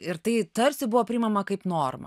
ir tai tarsi buvo priimama kaip norma